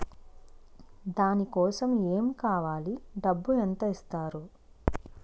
దాని కోసం ఎమ్ కావాలి డబ్బు ఎంత ఇస్తారు?